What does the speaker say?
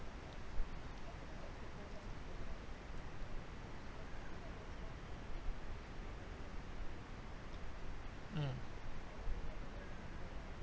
mm